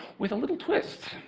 with a little twist,